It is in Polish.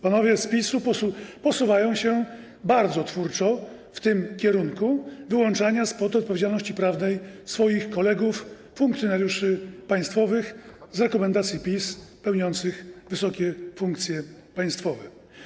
Panowie z PiS-u posuwają się bardzo twórczo w tym kierunku wyłączania spod odpowiedzialności prawnej swoich kolegów, funkcjonariuszy państwowych, z rekomendacji PiS pełniących wysokie funkcje państwowe.